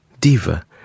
Diva